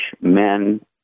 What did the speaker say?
men